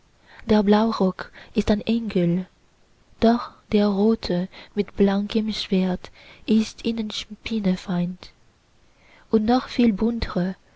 der blaurock ist ein engel doch der rote mit blankem schwert ist ihnen spinnefeind und noch viel buntre